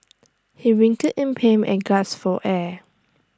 he writhed in pain and gasp for air